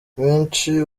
benshi